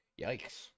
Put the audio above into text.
Yikes